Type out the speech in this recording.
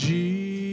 Jesus